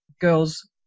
girls